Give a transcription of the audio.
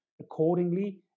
accordingly